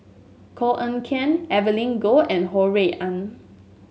Koh Eng Kian Evelyn Goh and Ho Rui An